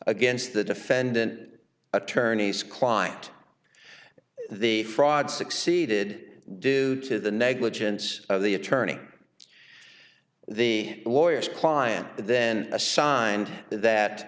against the defendant attorney's client the fraud succeeded due to the negligence of the attorney the lawyers client then assigned that